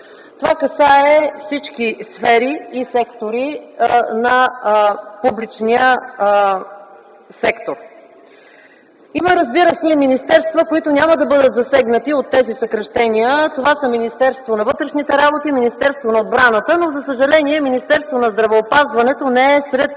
Това касае всички сфери на публичния сектор. Има и министерства, които няма да бъдат засегнати от тези съкращения – Министерството на вътрешните работи и Министерството на отбраната. За съжаление Министерството на здравеопазването не е сред